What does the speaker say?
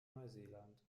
neuseeland